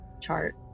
chart